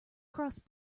cross